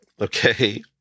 Okay